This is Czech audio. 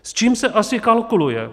S čím se asi kalkuluje?